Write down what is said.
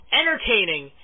entertaining